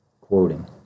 quoting